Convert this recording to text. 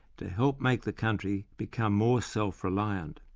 to help make the country become more self-reliant.